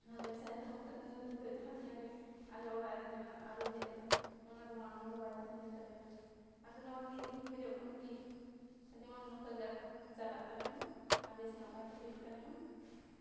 ᱚᱱᱟ ᱵᱮᱵᱽᱥᱟ ᱮᱛᱚᱦᱚᱵ ᱠᱟᱛᱮᱜ ᱫᱚ ᱱᱤᱛᱳᱜ ᱡᱟᱦᱟᱸ ᱛᱤᱱᱟᱹᱜ ᱜᱮ ᱟᱞᱮ ᱚᱲᱟᱜ ᱨᱮ ᱡᱟᱦᱟᱸ ᱟᱹᱨᱩ ᱦᱮᱡ ᱟᱠᱟᱱᱟ ᱚᱱᱟᱫᱚ ᱢᱟᱲᱟᱝ ᱫᱚ ᱵᱟᱭ ᱛᱟᱦᱮᱸ ᱞᱮᱱ ᱛᱟᱞᱮᱭᱟ ᱟᱫᱚ ᱱᱚᱣᱟᱜᱮ ᱤᱧᱫᱩᱧ ᱠᱷᱚᱡᱚᱜ ᱠᱟᱱᱟ ᱠᱤ ᱡᱮᱢᱚᱱ ᱱᱚᱝᱠᱟᱜᱮ ᱟᱫᱚ ᱪᱟᱞᱟᱜ ᱛᱟᱞᱮ ᱢᱟ ᱟᱨ ᱵᱮᱥ ᱱᱟᱯᱟᱭᱛᱮ ᱦᱩᱭᱩᱜ ᱛᱟᱞᱮᱢᱟ